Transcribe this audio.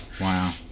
Wow